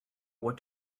what